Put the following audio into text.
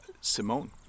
Simone